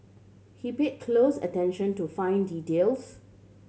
he paid close attention to fine details